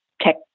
tech